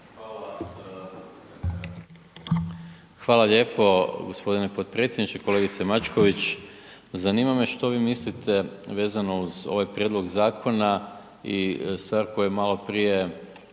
(SDP)** Hvala lijepo g. potpredsjedniče. Kolegice Mačković, zanima me što vi mislite vezano uz ovaj prijedlog zakona i stvar koju je maloprije